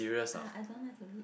ah I don't like to read